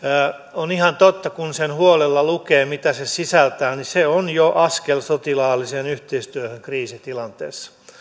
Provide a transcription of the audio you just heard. on ihan totta että kun sen huolella lukee mitä se sisältää niin se on jo askel sotilaalliseen yhteistyöhön kriisitilanteessa